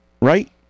right